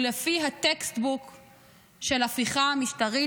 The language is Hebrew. הוא לפי ה-textbook של ההפיכה המשטרית